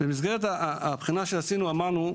במסגרת הבחינה שעשינו אמרנו,